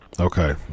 Okay